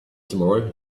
tomorrow